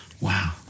Wow